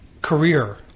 career